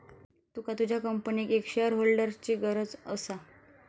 तुका तुझ्या कंपनीक एक शेअरहोल्डरची गरज असा